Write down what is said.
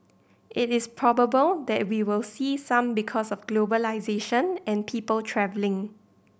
it is probable that we will see some because of globalisation and people travelling